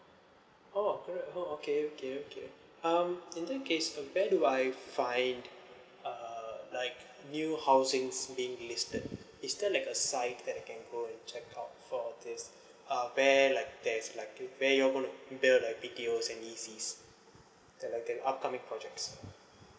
oh oh okay okay okay um in that case where do I find uh like new housing scheme listed is there like a site that you can go and check out for this uh where like there's like uh where you're gonna get details like B_T_O and E_C's like for the upcoming projects